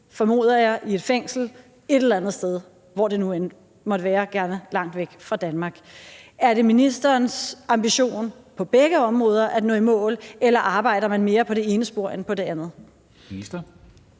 formoder jeg, i et fængsel et eller andet sted, hvor det nu end måtte være, gerne langt væk fra Danmark. Er det ministerens ambition på begge områder at nå i mål, eller arbejder man mere på det ene spor end på det andet? Kl.